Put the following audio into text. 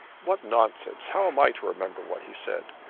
what nonsense! how am i to remember what he said?